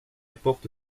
porte